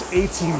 18